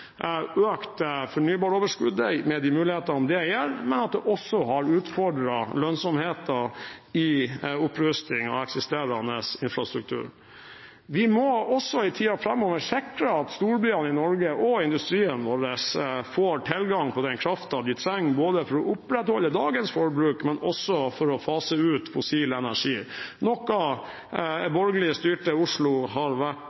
Fornybaroverskuddet er økt, med de mulighetene det gir, men det har også utfordret lønnsomheten i opprusting av eksisterende infrastruktur. Vi må også i tiden framover sikre at storbyene i Norge og industrien vår får tilgang på den kraften de trenger, både for å opprettholde dagens forbruk og for å fase ut fossil energi, noe